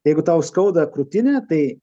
jeigu tau skauda krūtinę tai